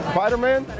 Spider-Man